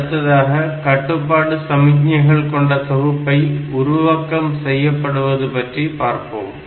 அடுத்ததாக கட்டுப்பாட்டு சமிக்ஞைகள் கொண்ட தொகுப்பை உருவாக்கம் செய்யப்படுவது பற்றி பார்ப்போம்